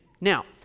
Now